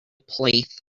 plath